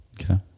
Okay